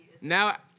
Now